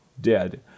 dead